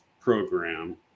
program